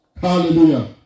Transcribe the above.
Hallelujah